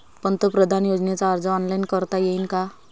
पंतप्रधान योजनेचा अर्ज ऑनलाईन करता येईन का?